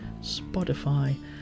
Spotify